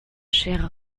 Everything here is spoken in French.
cher